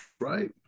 right